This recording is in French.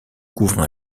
couvre